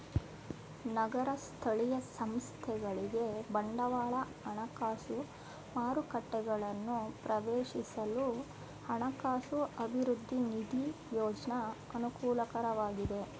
ನಗರ ಸ್ಥಳೀಯ ಸಂಸ್ಥೆಗಳಿಗೆ ಬಂಡವಾಳ ಹಣಕಾಸು ಮಾರುಕಟ್ಟೆಗಳನ್ನು ಪ್ರವೇಶಿಸಲು ಹಣಕಾಸು ಅಭಿವೃದ್ಧಿ ನಿಧಿ ಯೋಜ್ನ ಅನುಕೂಲಕರವಾಗಿದೆ